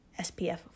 SPF